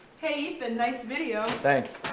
hey ethan, nice video thanks